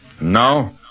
Now